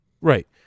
Right